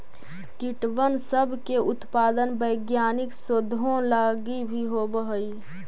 कीटबन सब के उत्पादन वैज्ञानिक शोधों लागी भी होब हई